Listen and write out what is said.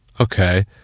Okay